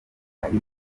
hari